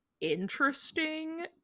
interesting